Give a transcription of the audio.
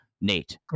Nate